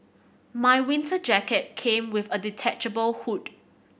my winter jacket came with a detachable hood